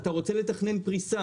אתה רוצה לתכנן פריסה